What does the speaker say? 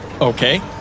Okay